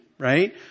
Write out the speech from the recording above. Right